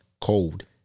cold